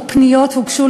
או פניות הוגשו,